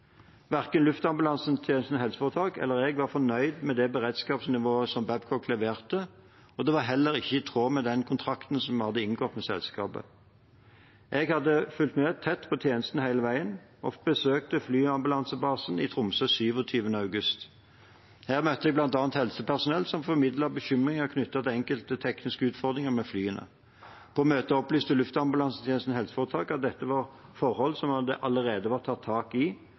Verken Luftambulansetjenesten HF eller jeg var fornøyd med det beredskapsnivået som Babcock leverte, og det var heller ikke i tråd med den kontrakten som var inngått med selskapet. Jeg hadde fulgt tett med på tjenesten hele veien og besøkte flyambulansebasen i Tromsø 27. august. Her møtte jeg bl.a. helsepersonell som formidlet bekymringer knyttet til enkelte tekniske utfordringer med flyene. På møtet opplyste Luftambulansetjenesten HF at dette var forhold som det allerede var tatt tak i,